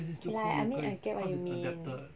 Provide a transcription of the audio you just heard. K like I mean I get what you mean